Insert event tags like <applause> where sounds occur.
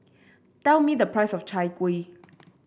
tell me the price of Chai Kuih <noise>